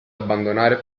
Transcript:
abbandonare